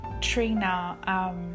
Trina